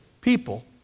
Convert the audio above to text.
people